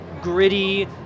gritty